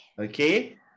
Okay